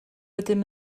ydym